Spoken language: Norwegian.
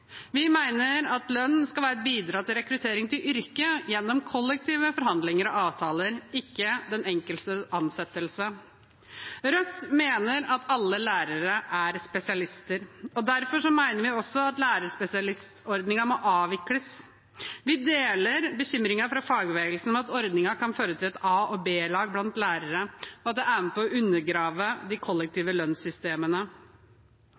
Vi mener at lønn skal bidra til rekruttering til yrket gjennom kollektive forhandlinger og avtaler, ikke den enkelte ansettelse. Rødt mener at alle lærere er spesialister. Derfor mener vi også at lærerspesialistordningen må avvikles. Vi deler bekymringen fra fagbevegelsen om at ordningen kan føre til et a-lag og et b-lag blant lærere, og at det er med på å undergrave de